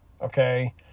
Okay